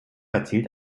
erzielt